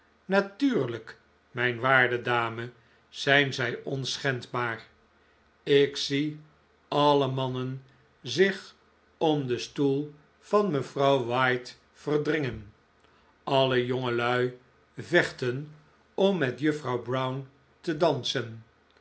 alle mannen zich om den stoel van mevrouw white verdringen alle jongelui vechten om met juffrouw brown te dansen